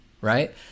right